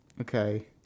Okay